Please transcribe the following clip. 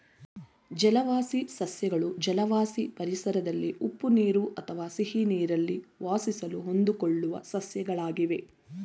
ಜಲವಾಸಿ ಸಸ್ಯಗಳು ಜಲವಾಸಿ ಪರಿಸರದಲ್ಲಿ ಉಪ್ಪು ನೀರು ಅಥವಾ ಸಿಹಿನೀರಲ್ಲಿ ವಾಸಿಸಲು ಹೊಂದಿಕೊಳ್ಳುವ ಸಸ್ಯಗಳಾಗಿವೆ